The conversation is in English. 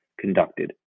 conducted